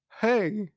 hey